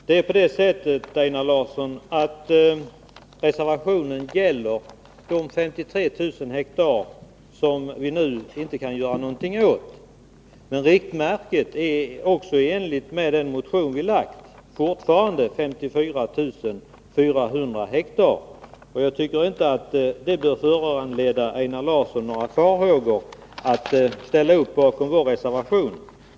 Herr talman! Det är på det sättet, Einar Larsson, att reservationen gäller de 53 000 hektar som vi nu inte kan göra något åt. Men riktmärket är, i enlighet med den motion som vi har väckt, fortfarande 54 400 hektar. Jag tycker inte att det bör inge Einar Larsson några farhågor om han ställer upp bakom vår reservation.